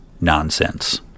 nonsense